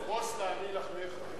פרוס לעני לחמך.